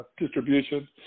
distribution